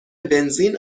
بنزین